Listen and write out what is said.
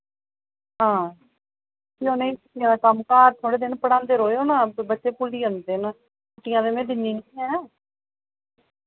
हां फ्ही उ'नें छुट्टियें दा कम्म घर थोह्ड़े दिन पढ़ांदे रोयो ना बच्चे भुल्ली जन्दे न छुट्टियां ते मैं दिन्नी नी ऐ